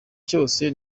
cyose